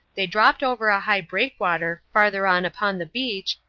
they dropped over a high breakwater farther on upon the beach,